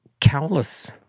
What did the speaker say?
countless